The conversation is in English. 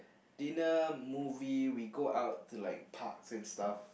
dinner movie we go out to like parks and stuff